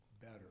better